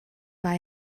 war